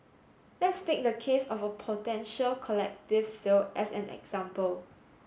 let's take the case of a potential collective sale as an example